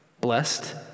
blessed